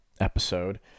episode